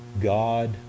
God